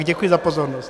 Děkuji za pozornost.